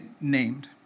named